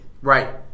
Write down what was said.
Right